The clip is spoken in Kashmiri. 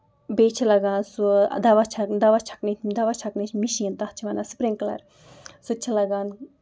بیٚیہِ چھُ لگان سُہ دوہ چھک دوہ چھک دوہ چھکنٕچ مِشیٖن تَتھ چھِ وَنان سِپرکلر سُہ تہِ چھُ لگان